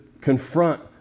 Confront